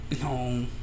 No